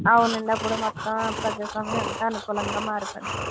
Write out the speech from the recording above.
అవునండి అప్పుడు మొత్తం ప్రజాస్వామ్యం అంతా అనుకూలంగా మారిపోయిందండి